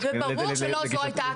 וברור שלא זו הייתה הכוונה.